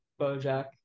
BoJack